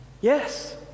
Yes